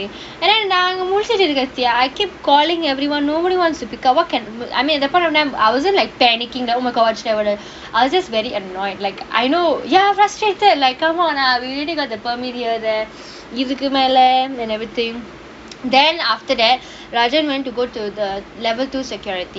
ஏன்னா நான் அங்க முழிச்சுகிட்டு இருக்கத்தியா:yeannaa naan anga mulichchikittu irukkathiyaa I keep calling everyone nobody wants to pick up what can I mean at that point of time I wasn't like panicking that oh my god shit over there I was just very annoyed like I know ya frustrated like come on ah really got the permit here இதுக்கு மேல:ithukku mela and everything then after that rajay went to go to the level two security